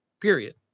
Period